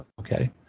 Okay